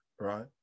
Right